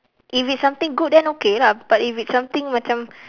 if it's something good then okay lah but if it's something macam